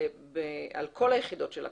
על כל היחידות שלה,